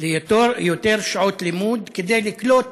ליותר ויותר שעות לימוד, כדי לקלוט